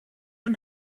und